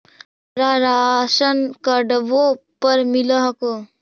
हमरा राशनकार्डवो पर मिल हको?